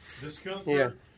discomfort